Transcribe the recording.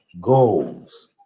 Goals